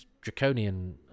draconian